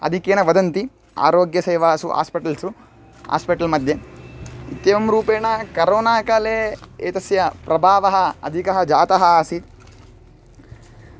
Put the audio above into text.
आधिक्येन वदन्ति आरोग्यसेवासु आस्पटल्सु आस्पिटल्मध्ये इत्येवं रूपेण करोनाकाले एतस्य प्रभावः अधिकः जातः आसीत्